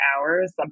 hours